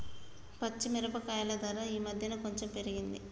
పచ్చి మిరపకాయల ధర ఈ మధ్యన కొంచెం పెరిగింది